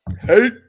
Hey